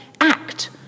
act